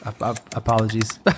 Apologies